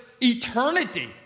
eternity